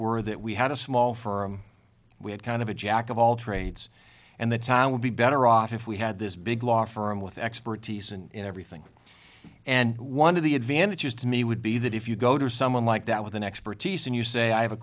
were that we had a small firm we had kind of a jack of all trades and the time would be better off if we had this big law firm with expertise in everything and one of the advantages to me would be that if you go to someone like that with an expertise and you say i have a